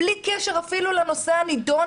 בלי קשר אפילו לנושא הנדון,